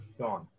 Gone